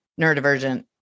neurodivergent